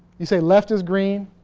you say left is green.